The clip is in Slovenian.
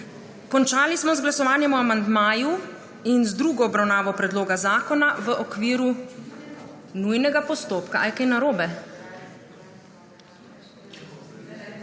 Končali smo z glasovanjem o amandmaju in z drugo obravnavo predloga zakona v okviru nujnega postopka.